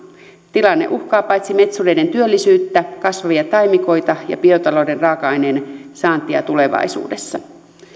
tilanne uhkaa metsureiden työllisyyttä kasvavia taimikoita ja biotalouden raaka aineen saantia tulevaisuudessa